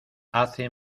hace